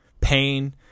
Pain